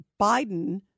Biden